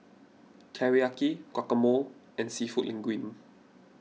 Teriyaki Guacamole and Seafood Linguine